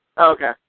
Okay